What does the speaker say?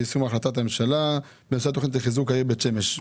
יישום החלטת הממשלה בנושא התוכנית לחיזוק העיר בית שמש.